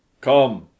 Come